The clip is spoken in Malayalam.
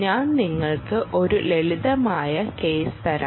ഞാൻ നിങ്ങൾക്ക് ഒരു ലളിതമായ കേസ് തരാം